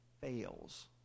fails